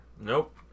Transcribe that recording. Nope